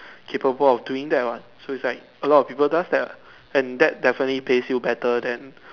capable of doing that what so it's like a lot of people does that lah and that definitely pays you better than